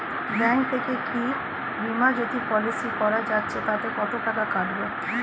Bank থেকে কী Bima Jyoti policy করা যাচ্ছে তাতে কত করে কাটবে?